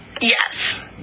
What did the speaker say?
Yes